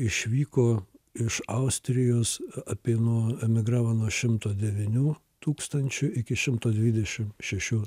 išvyko iš austrijos emigravo nuo šimto devynių tūkstančių iki šimto dvidešimt šešių